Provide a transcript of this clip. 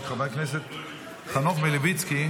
חבר הכנסת חנוך מלביצקי,